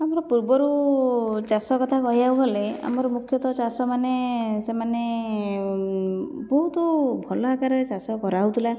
ଆମର ପୂର୍ବରୁ ଚାଷ କଥା କହିବାକୁ ଗଲେ ଆମର ମୁଖ୍ୟତଃ ଚାଷ ମାନେ ସେମାନେ ବହୁତ ଭଲ ଆକାରରେ ଚାଷ କରାହେଉଥିଲା